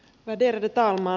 värderade talman